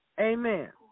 Amen